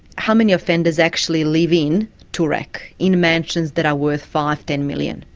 how many offenders actually live in toorak, in mansions that are worth five, ten million?